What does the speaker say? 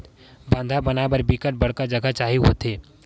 बांधा बनाय बर बिकट बड़का जघा चाही होथे